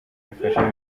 bifasha